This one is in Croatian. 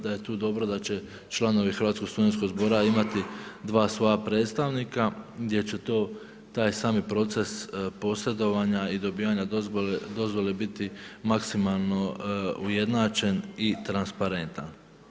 Da je tu dobro da će članovi Hrvatskog studentskog zbora imati 2 svoja predstavnika gdje će to taj sami proces posredovanja i dobivanja dozvole biti maksimalno ujednačen i transparentan.